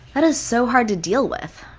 that is so hard to deal with.